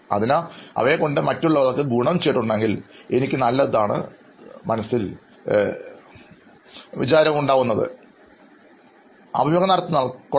അതിനാൽ അവയെ കൊണ്ട് മറ്റുള്ളവർക്ക് ഗുണം ചെയ്തിട്ടുണ്ടെങ്കിൽ എനിക്ക് നല്ലതേ തോന്നിയിട്ടുള്ളൂ അഭിമുഖം നടത്തുന്നയാൾ കൊള്ളാം